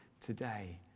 today